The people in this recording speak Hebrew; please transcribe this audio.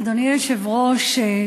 אדוני היושב-ראש,